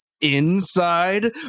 Inside